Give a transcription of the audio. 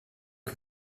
que